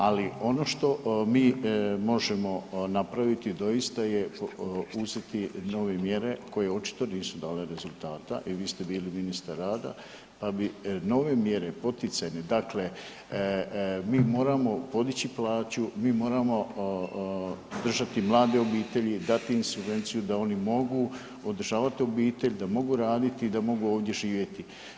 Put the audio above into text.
Ali ono što mi možemo napraviti doista je uzeti nove mjere koje očito nisu dale rezultata i vi ste bili ministar rada, pa bi nove mjere poticajne, dakle mi moramo podići plaću, mi moramo držati mlade obitelji, dati im subvenciju da oni mogu održavati obitelj, da mogu raditi i da mogu ovdje živjeti.